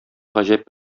гаҗәп